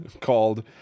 called